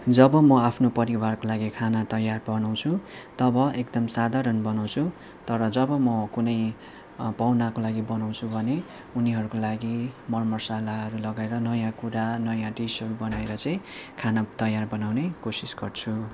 जब म आफ्नो परिवारको लागि खाना तयार बनाउँछु तब एकदम साधारण बनाँउछु तर जब म कुनै पाहुनाको लागि बनाँउछु भने उनीहरूको लागि मर मसालाहरू लगाएर नयाँ कुरा नयाँ डिसहरू बनाएर चाहिँ खाना तयार बनाउने कोसिस गर्छु